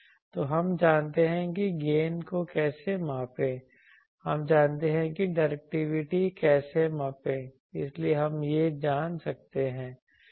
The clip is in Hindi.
तो हम जानते हैं कि गेन को कैसे मापें हम जानते हैं कि डायरेक्टिविटीको कैसे मापें इसलिए हम यह जान सकते हैं